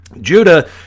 judah